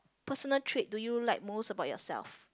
personal trait do you like most about yourself